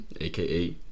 aka